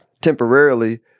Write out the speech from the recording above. temporarily